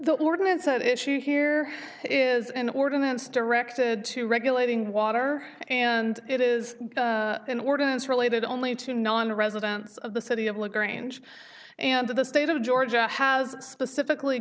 the ordinance at issue here is an ordinance directed to regulating water and it is an ordinance related only to non residents of the city of le grange and the state of georgia has specifically